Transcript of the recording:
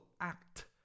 act